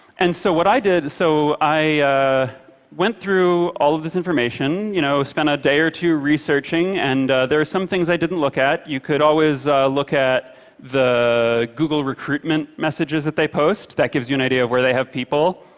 and so what i did, so i went through all of this information, you know spent a day or two researching. and there are some things i didn't look at. you could always look at the google recruitment messages that they post. that gives you an idea of where they have people.